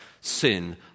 sin